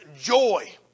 joy